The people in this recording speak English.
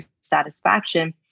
satisfaction